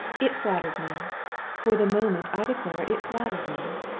it flattered me for the moment, i declare it flattered me!